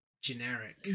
generic